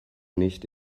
nicht